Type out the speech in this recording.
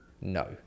No